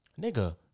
Nigga